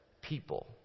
people